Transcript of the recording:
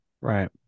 Right